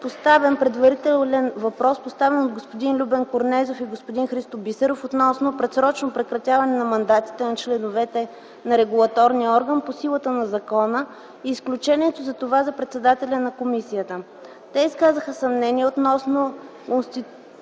предварителен въпрос, повдигнат от господин Любен Корнезов и господин Христо Бисеров, относно предсрочно прекратяване на мандатите на членовете на регулаторния орган по силата на закона и изключението за това за председателя на комисията. Те изказаха съмнение относно